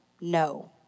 No